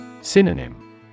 Synonym